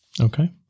Okay